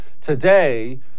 today